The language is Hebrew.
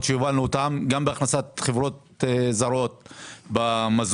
שהובלנו אותן גם בהכנסת חברות זרות במזון.